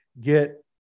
get